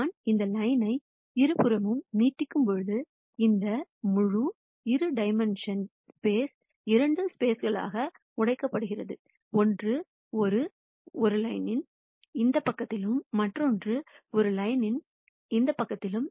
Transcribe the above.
நான் இந்த லைன்யை இருபுறமும் நீட்டிக்கும்போது இந்த முழு இரு டைமென்ஷன் ஸ்பேஸ் இரண்டு ஸ்பேஸ்களாக உடைக்கப்படுகிறது ஒன்று ஒரு ஒரு லைன்யின் இந்த பக்கத்திலும் மற்றொன்று ஒரு லைன்யின் இந்த பக்கத்திலும்